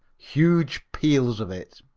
huge peals of it.